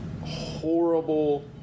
horrible